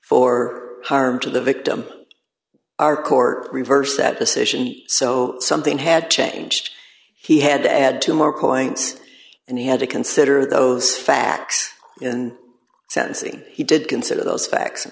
for harm to the victim our court reversed that decision so something had changed he had to add two more points and he had to consider those facts in sentencing he did consider those facts